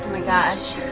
gosh.